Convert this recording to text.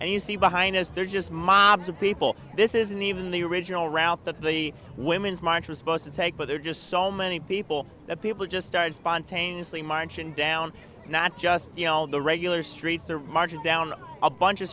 and you see behind us there's just mobs of people this isn't even the original route that the women's minds were supposed to take but they're just so many people that people just started spontaneously marching down not just you know all the regular streets are marching down a bunch of